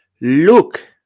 Look